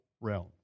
realm